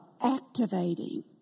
activating